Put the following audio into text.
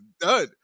done